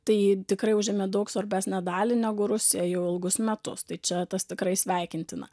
tai tikrai užėmė daug svarbesnę dalį negu rusija jau ilgus metus tai čia tas tikrai sveikintina